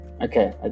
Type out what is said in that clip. Okay